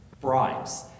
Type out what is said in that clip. bribes